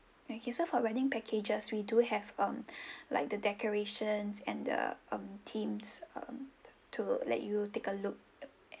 thank you so for wedding packages we do have um like the decorations and the um themes um to let you take a look